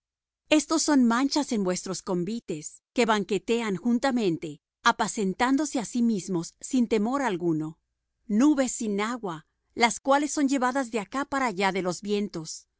estos son manchas en vuestros convites que banquetean juntamente apacentándose á sí mismos sin temor alguno nubes sin agua las cuales son llevadas de acá para allá de los vientos